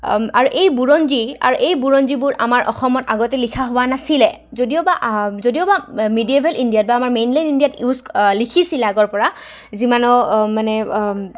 আৰু এই বুৰঞ্জী আৰু এই বুৰঞ্জীবোৰ আমাৰ অসমত আগতে লিখা হোৱা নাছিলে যদিওবা যদিওবা মিডিয়েভেল ইণ্ডিয়াত বা আমাৰ মেইনলোইণ্ন ইণ্ডিয়াত ইউজ লিখিছিলে আগৰপৰা যিমানো মানে